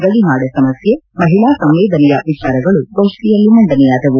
ಗಡಿನಾಡ ಸಮಸ್ವೆ ಮಹಿಳಾ ಸಂವೇದನೆಯ ವಿಚಾರಗಳು ಗೋಷ್ಟಿಯಲ್ಲಿ ಮಂಡನೆಯಾದವು